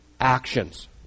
actions